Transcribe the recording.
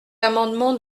amendement